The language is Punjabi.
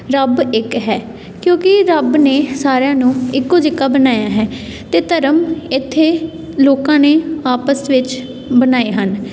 ਰੱਬ ਇੱਕ ਹੈ ਕਿਉਂਕਿ ਰੱਬ ਨੇ ਸਾਰਿਆਂ ਨੂੰ ਇੱਕੋ ਜਿਹਾ ਬਣਾਇਆ ਹੈ ਅਤੇ ਧਰਮ ਇੱਥੇ ਲੋਕਾਂ ਨੇ ਆਪਸ ਵਿੱਚ ਬਣਾਏ ਹਨ